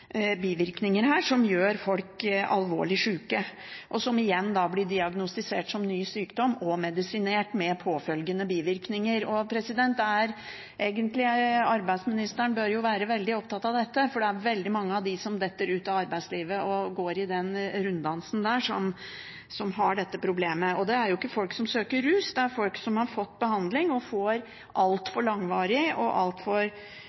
bivirkninger her som gjør folk alvorlig syke, og som igjen blir diagnostisert som ny sykdom der man blir medisinert, med påfølgende bivirkninger. Arbeidsministeren bør være veldig opptatt av dette, for det er veldig mange av dem som detter ut av arbeidslivet og går i den runddansen, som har dette problemet. Og det er ikke folk som søker rus; det er folk som har fått behandling, og som får altfor langvarig og altfor